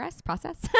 process